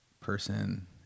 person